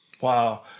Wow